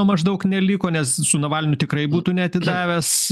maždaug neliko nes su navalnu tikrai būtų neatidavęs